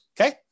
okay